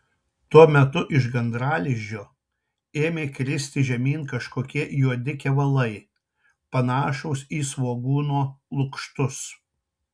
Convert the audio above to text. tuo metu iš gandralizdžio ėmė kristi žemyn kažkokie juodi kevalai panašūs į svogūno lukštus